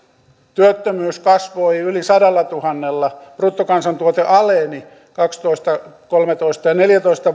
työttömyys kasvoi yli sadallatuhannella bruttokansantuote aleni vuosina kaksitoista kolmetoista ja neljätoista